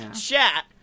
chat